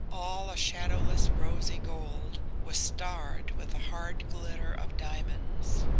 all a shadowless rosy gold, was starred with a hard glitter of diamonds.